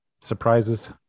surprises